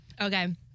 Okay